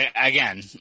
again